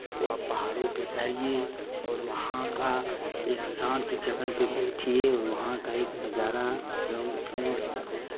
वो आप पहाड़ो पर जाइये और वहाँ का एक शान्त जगह पर बैठिये वहाँ का एक नज़ारा पिण्ड